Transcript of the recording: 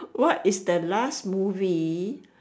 what is the last movie